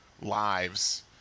lives